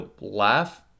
laugh